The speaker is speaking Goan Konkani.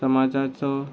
समाजाचो